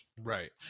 right